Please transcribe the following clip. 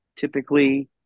typically